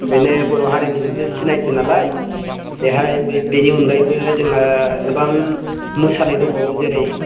बेनो बर' हारिनि मोनसे सिनायथि नालाय बेहाय बे बेनि अनगायैबो जोंहा गोबां मोसानाय दंबावो जेरै